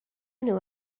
nhw